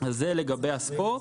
זה לגבי הספורט.